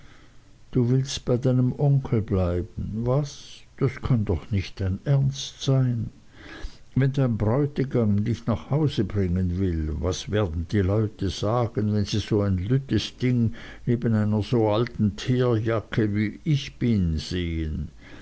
du willst bei deinem onkel bleiben was das kann doch dein ernst nicht sein wenn dein bräutigam dich nach haus bringen will was werden die leute sagen wenn sie so ein lüttes ding neben so einer alten teerjacke wie ich bin sehen